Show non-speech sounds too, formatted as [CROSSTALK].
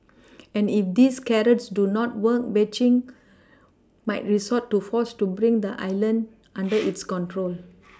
[NOISE] and if these carrots do not work Beijing might resort to force to bring the island under [NOISE] its control